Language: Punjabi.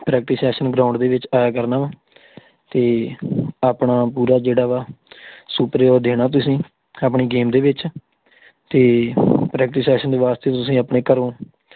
ਪ੍ਰੈਕਟਿਸ ਸੈਸ਼ਨ ਗਰਾਊਂਡ ਦੇ ਵਿੱਚ ਆਇਆ ਕਰਨਾ ਵਾ ਅਤੇ ਆਪਣਾ ਪੂਰਾ ਜਿਹੜਾ ਵਾ ਸੁਪਰੀਓ ਦੇਣਾ ਤੁਸੀਂ ਆਪਣੀ ਗੇਮ ਦੇ ਵਿੱਚ ਅਤੇ ਪ੍ਰੈਕਟਿਸ ਸੈਸ਼ਨ ਦੇ ਵਾਸਤੇ ਤੁਸੀਂ ਆਪਣੇ ਘਰੋਂ